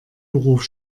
beruf